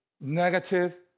negative